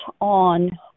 on